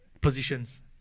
positions